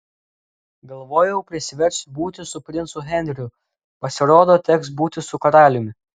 galvojau prisiversiu būti su princu henriu pasirodo teks būti su karaliumi